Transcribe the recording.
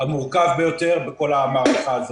המורכב ביותר בכל המערכה הזאת.